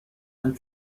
and